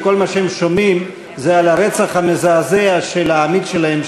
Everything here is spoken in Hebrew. וכל מה שהם שומעים זה על הרצח המזעזע של העמית שלהם,